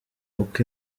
uko